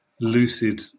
lucid